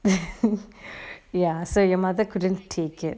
ya so your mother couldn't take it